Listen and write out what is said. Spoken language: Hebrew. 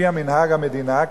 כפי מנהג המדינה,